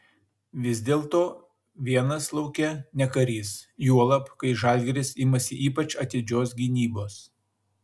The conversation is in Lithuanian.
vis dėlto vienas lauke ne karys juolab kai žalgiris imasi ypač atidžios gynybos